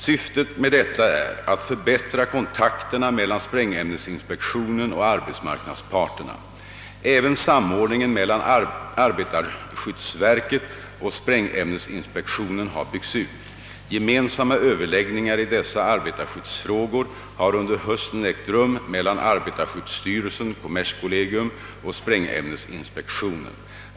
Syftet med detta är att förbättra kontakterna mellan sprängämnesinspektionen och arbetsmarknadsparterna. även samordningen mellan arbetarskyddsver ket och sprängämnesinspektionen har byggts ut. Gemensamma överläggningar i dessa arbetarskyddsfrågor har under hösten ägt rum mellan arbetarskyddsstyrelsen, kommerskollegium och sprängämnesinspektionen.